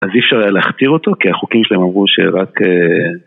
אז אי אפשר היה להכתיר אותו, כי החוקים שלהם אמרו שרק...